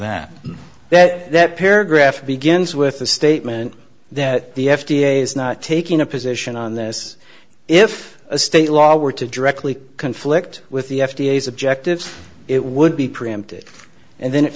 that that that paragraph begins with the statement that the f d a is not taking a position on this if a state law were to directly conflict with the f d a subjectives it would be preemptive and then it